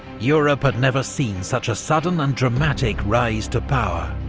europe had never seen such a sudden and dramatic rise to power